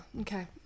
Okay